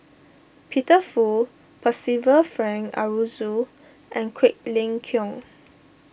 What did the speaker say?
Peter Fu Percival Frank Aroozoo and Quek Ling Kiong